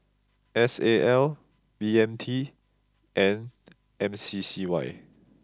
S A L B M T and M C C Y